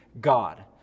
God